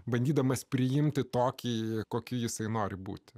bandydamas priimti tokį kokiu jisai nori būti